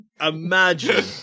Imagine